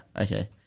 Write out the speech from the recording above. Okay